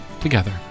together